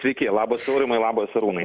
sveiki labas aurimai labas arūnai